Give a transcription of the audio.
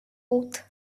ought